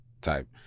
type